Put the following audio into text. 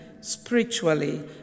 spiritually